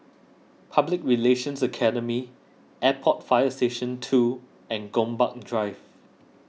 Public Relations Academy Airport Fire Station two and Gombak Drive